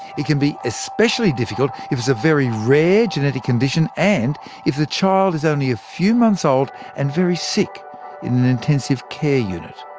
it can be especially difficult if it's a very rare genetic condition, and if the child is only a few months old and very sick in an intensive care unit.